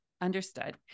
Understood